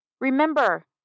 Remember